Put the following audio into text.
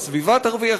הסביבה תרוויח,